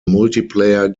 multiplayer